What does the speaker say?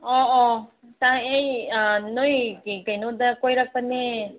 ꯑꯣ ꯑꯣ ꯇꯥꯏ ꯑꯩ ꯅꯣꯏꯒꯤ ꯀꯩꯅꯣꯗ ꯀꯣꯏꯔꯛꯄꯅꯦ